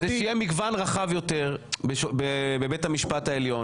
יהיה מגוון רחב יותר בבית המשפט העליון.